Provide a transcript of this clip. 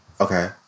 Okay